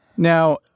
Now